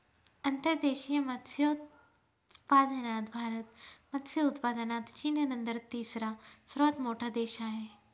अंतर्देशीय मत्स्योत्पादनात भारत मत्स्य उत्पादनात चीननंतर तिसरा सर्वात मोठा देश आहे